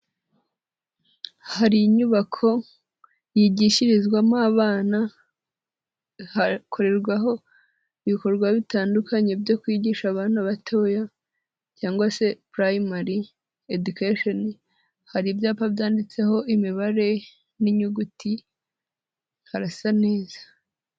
Hari inyubako yigishirizwamo abana hakorerwaho ibikorwa bitandukanye byo kwigisha abana batoya cyangwa se purayimari edikasheni, hari ibyapa byanditseho imibare n'inyuguti, harasa neza.